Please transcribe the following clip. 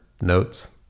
notes